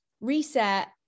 reset